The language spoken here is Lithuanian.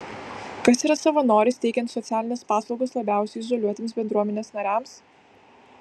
kas yra savanoris teikiant socialines paslaugas labiausiai izoliuotiems bendruomenės nariams